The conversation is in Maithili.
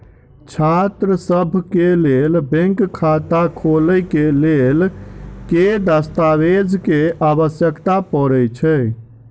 छात्रसभ केँ लेल बैंक खाता खोले केँ लेल केँ दस्तावेज केँ आवश्यकता पड़े हय?